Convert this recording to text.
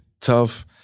tough